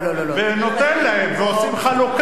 ונותן להם, ועושים חלוקה.